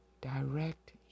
direct